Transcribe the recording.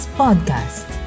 podcast